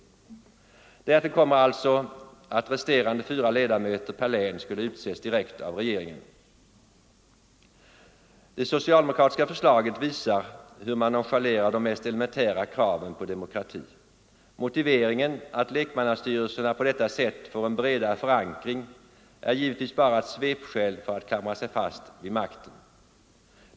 Därtill kommer att resterande fyra ledamöter per län skulle utses direkt av regeringen. Det socialdemokratiska förslaget visar hur man nonchalerar de mest elementära kraven på demokrati. Motiveringen, att lekmannastyrelserna på detta sätt får en bredare förankring, är givetvis bara ett svepskäl för att klamra sig fast vid makten.